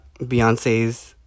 Beyonce's